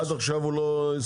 ועד עכשיו הוא לא הסתיים?